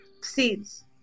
Seeds